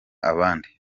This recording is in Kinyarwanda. abandi